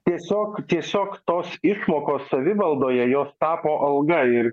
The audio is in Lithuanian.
tiesiog tiesiog tos išmokos savivaldoje jos tapo alga ir